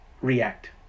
react